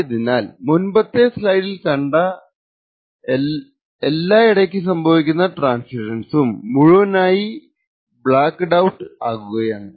ആയതിനാൽ മുൻപത്തെ സ്ലൈഡിൽ കണ്ട എല്ലാ ഇടയ്ക്കു സംഭവിക്കുന്ന ട്രാന്സിഷൻസും മുഴുവനായി ബ്ലാക്ക്ഡ് ഔട്ട് ആകുകയാണ്